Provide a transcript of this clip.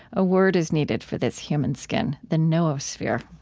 a word is needed for this human skin. the noosphere.